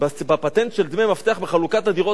בפטנט של דמי מפתח בחלוקת הדירות,